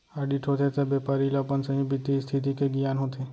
audit होथे त बेपारी ल अपन सहीं बित्तीय इस्थिति के गियान होथे